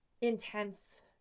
intense